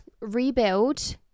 rebuild